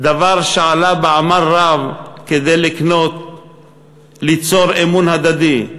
דבר שעלה בעמל רב כדי ליצור אמון הדדי.